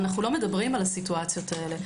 אנחנו לא מדברים על המצבים האלה.